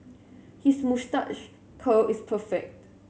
his moustache curl is perfect